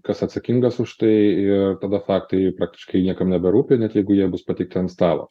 kas atsakingas už tai ir tada faktai praktiškai niekam neberūpi net jeigu jie bus pateikti ant stalo